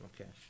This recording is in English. Okay